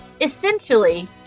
Essentially